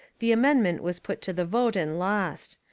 the amendment was put to the vote and lost.